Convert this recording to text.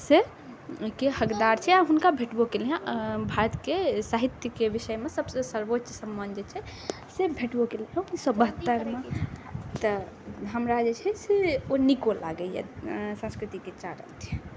से के हकदार छै आओर हुनका भेटबो केलै हँ भारतके साहित्यके विषयमे सबसँ सर्वोच्च सम्मान जे छै से भेटबो केलै हँ उनैस सओ बहत्तरिमे तऽ हमरा जे छै से ओ नीको लागैए संस्कृतिके चार अध्याय